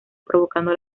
provocando